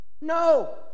No